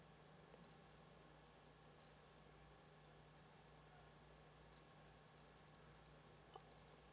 so